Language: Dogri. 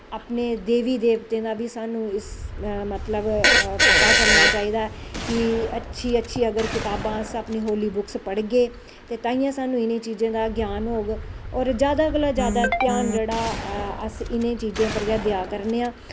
अपनें देवी देवतें दा बी स्हानू इस मतलव पता चलनां चाही दा ऐ कि अच्छी अच्छी अगर अस अपनी होली बुक्क पढ़गे ते ताहियैं स्हानू इनें चीज़ें दा ग्यान होग और जादा कोला दा जादा ग्यान अस इनें चीज़ें पर गै देआ करदे आं